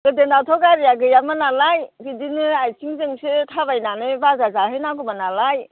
गोदोनाथ' गारिया गैयामोन नालाय बिदिनो आइथिंजोंसो थाबायनानै बाजार जाहैनांगौमोन नालाय